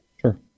Sure